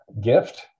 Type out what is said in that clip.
gift